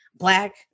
Black